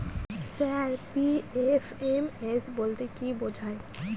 Sir PFMS বলতে কি বোঝায়?